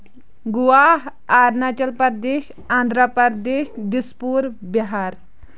Goa Arunachal Pradesh Andhra Pradesh Dispur Bihar